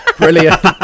brilliant